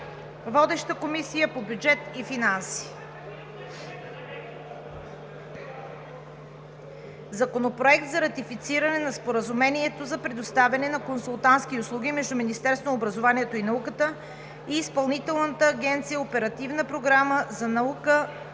Водеща е Комисията по бюджет и финанси. Законопроект за ратифициране на споразумението за предоставяне на консултантски услуги между Министерството на образованието и науката и Изпълнителната агенция „Оперативна програма "Наука